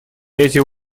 эти